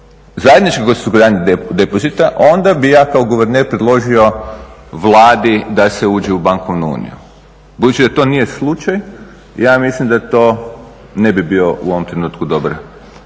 zajedničko … depozita, onda bih ja kao guverner predložio Vladi da se uđe u bankovnu uniju. Budući da to nije slučaj, ja mislim da to ne bi bio u ovom trenutku dobar